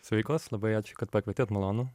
sveikos labai ačiū kad pakvietėt malonu